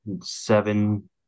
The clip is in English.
Seven